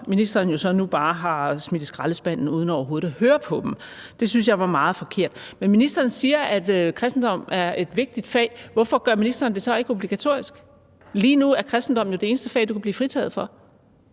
ministeren jo så nu bare har smidt i skraldespanden uden overhovedet at høre på dem. Det synes jeg er meget forkert. Men ministeren siger, at kristendom er et vigtigt fag. Hvorfor gør ministeren det så ikke obligatorisk? Lige nu er kristendommen jo det eneste fag, du kan blive fritaget for,